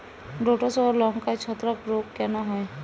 ঢ্যেড়স ও লঙ্কায় ছত্রাক রোগ কেন হয়?